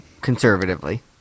Conservatively